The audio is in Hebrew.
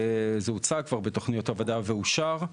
וזה הוצג כבר בתוכניות עבודה ואושר,